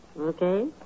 Okay